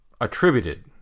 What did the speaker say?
attributed